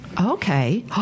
okay